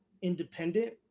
independent